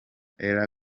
ella